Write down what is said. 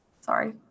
sorry